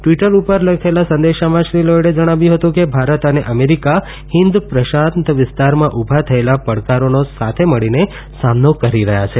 Twitter ઉપર લખેલા સંદેશામાં શ્રી લોઇડે જણાવ્યું હતું કે ભારત અને અમેરીકા હિંદ પ્રશાંત વિસ્તારમાં ઉભા થયેલા પડકારોનો સાથે મળીને સામનો કરી રહયાં છે